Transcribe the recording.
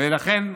ולכן,